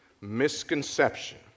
Misconception